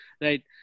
right